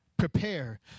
Prepare